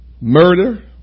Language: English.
Murder